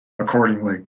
accordingly